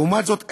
לעומת זאת,